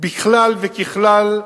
בכלל וככלל,